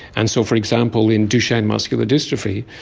and so, for example, in duchenne muscular dystrophy,